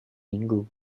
minggu